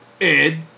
Ed